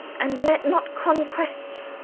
and let not conquest,